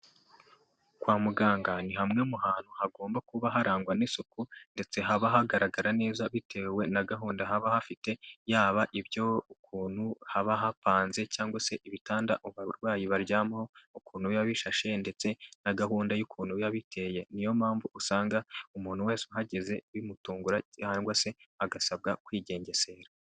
Kwa muganga ni hamwe hamwe mu hantu hagomba kuba harangwa n'isuku ndetse haba hagaragara neza bitewe na gahunda haba hafite yaba ibyo ukuntu haba hapanze cyangwa se ibitanda abarwayi baryamaho, ukuntu biba bishashe ndetse na gahunda y'ukuntu biba biteye. Niyo mpamvu usanga umuntu wese uhageze bimutungura cyangwa se agasabwa kwigengesera.